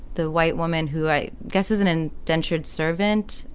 the white woman who i guess is and in dentures servant,